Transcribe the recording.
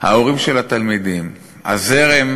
ההורים של התלמידים, הזרם